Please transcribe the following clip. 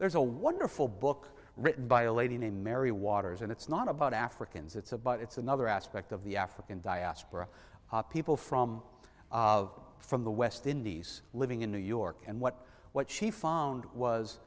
there's a wonderful book written by a lady named mary waters and it's not about africans it's about it's another aspect of the african diaspora people from of from the west indies living in new york and what what she found was